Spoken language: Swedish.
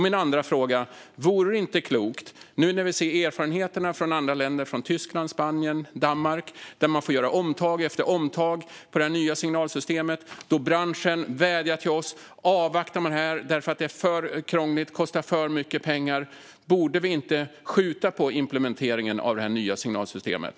Min andra fråga är: Nu när vi ser erfarenheterna från andra länder - Tyskland, Spanien och Danmark - där man får göra omtag efter omtag med det nya signalsystemet, och nu när branschen vädjar till oss att avvakta med detta därför att det är för krångligt och kostar för mycket pengar, vore det inte klokt att skjuta på implementeringen av det nya signalsystemet?